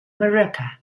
morioka